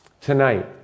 tonight